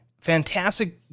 fantastic